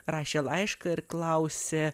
rašė laišką ir klausė